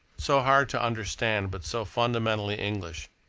so hard to understand but so fundamentally english,